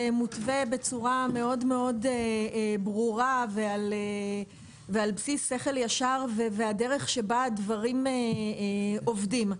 מותווה בצורה מאוד מאוד ברורה ועל בסיס שכל ישר והדרך שבה הדברים עובדים.